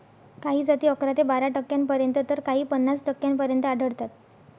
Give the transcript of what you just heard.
काही जाती अकरा ते बारा टक्क्यांपर्यंत तर काही पन्नास टक्क्यांपर्यंत आढळतात